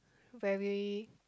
very